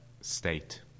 state